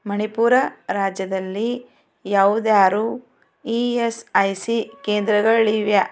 ಮಣಿಪುರ ರಾಜ್ಯದಲ್ಲಿ ಯಾವ್ದಾದ್ರೂ E S I C ಕೇಂದ್ರಗಳಿವೆಯಾ